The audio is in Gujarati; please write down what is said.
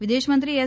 વિદેશમંત્રી એસ